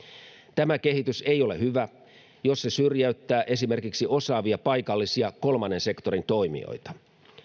tämä kehitys ei ole hyvä jos se syrjäyttää esimerkiksi osaavia paikallisia kolmannen sektorin toimijoita